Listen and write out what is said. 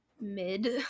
mid